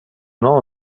non